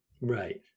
right